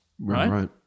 right